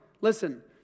Listen